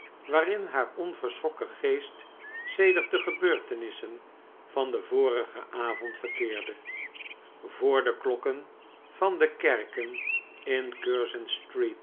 waarin haar bp onverschrokken geest sedert de gebeurtenissen van den vorigen avond verkecrde p voor de klokken van de kerken in curzon street